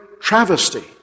travesty